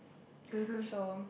so